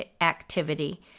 activity